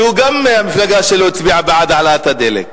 שגם המפלגה שלו הצביעה בעד העלאת הדלק.